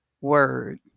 word